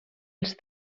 els